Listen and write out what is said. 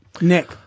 Nick